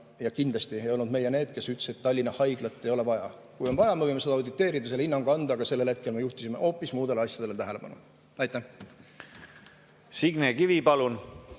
Kindlasti ei olnud meie need, kes ütlesid, et Tallinna Haiglat ei ole vaja. Kui on vaja, me võime seda auditeerida, selle hinnangu anda, aga sellel hetkel me juhtisime tähelepanu hoopis muudele asjadele. Aitäh